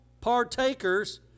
partakers